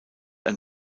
ein